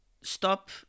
stop